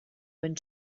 when